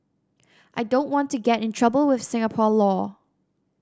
I don't want to get in trouble with Singapore law